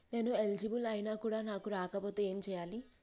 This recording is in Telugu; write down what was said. నేను ఎలిజిబుల్ ఐనా కూడా నాకు రాకపోతే ఏం చేయాలి?